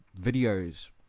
videos